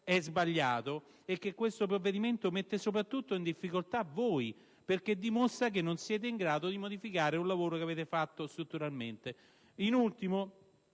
sbagliato e che, soprattutto, mette in difficoltà voi perché dimostra che non siete in grado di modificare un lavoro che avete fatto strutturalmente. In ultimo,